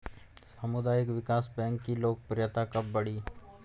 सामुदायिक विकास बैंक की लोकप्रियता कब बढ़ी?